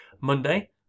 Monday